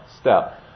step